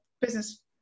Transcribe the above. business